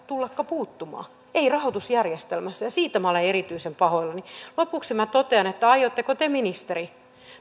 tullakaan puuttumaan ei rahoitusjärjestelmässä ja siitä minä olen erityisen pahoillani lopuksi minä totean että aiotteko te ministeri